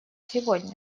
сегодня